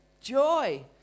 Joy